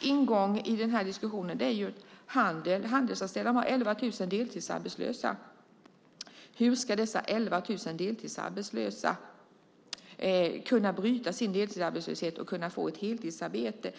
ingång i diskussionen gäller handeln. Bland de handelsanställda är 11 000 deltidsarbetslösa. Hur ska dessa 11 000 kunna bryta sin deltidsarbetslöshet och få ett heltidsarbete?